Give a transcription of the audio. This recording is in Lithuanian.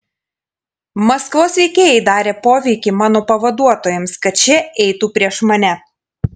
maskvos veikėjai darė poveikį mano pavaduotojams kad šie eitų prieš mane